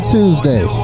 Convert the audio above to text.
Tuesday